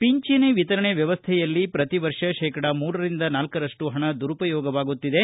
ಪಿಂಚಣಿ ವಿತರಣೆ ವ್ಯವಸ್ಥೆಯಲ್ಲಿ ಪ್ರತಿ ವರ್ಷ ಶೇಕಡಾ ಮೂರರಿಂದ ನಾಲ್ಲು ರಷ್ಟು ಹಣ ದುರುಪಯೋಗವಾಗುತ್ತಿದೆ